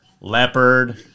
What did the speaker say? leopard